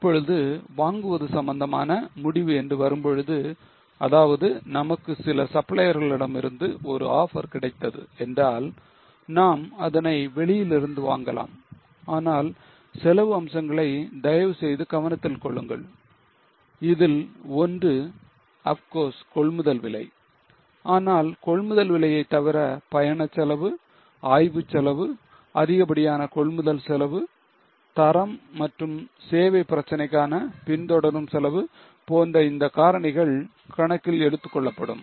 இப்பொழுது வாங்குவது சம்பந்தமான முடிவு என்று வரும்பொழுது அதாவது நமக்கு சில supplier களிடமிருந்து ஒரு offer கிடைத்தது என்றால் நாம் அதனை வெளியில் இருந்து வாங்கலாம் ஆனால் செலவு அம்சங்களை தயவு செய்து கவனத்தில் கொள்ளுங்கள் அதில் ஒன்று of course கொள்முதல் விலை ஆனால் கொள்முதல் விலையை தவிர பயணச் செலவு ஆய்வு செலவு அதிகபடியான கொள்முதல் செலவு தரம் மற்றும் சேவை பிரச்சனைக்கான பின்தொடரும் செலவு போன்ற இந்த காரணிகள் கணக்கில் எடுத்துக் கொள்ளப்படும்